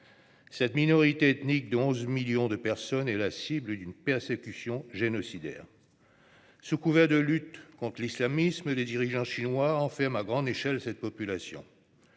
Cette minorité ethnique de 11 millions de personnes est la cible d'une persécution génocidaire. Sous couvert de lutte contre l'islamisme, les dirigeants chinois enferment à grande échelle cette population.